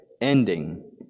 ending